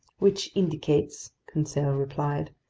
which indicates, conseil replied,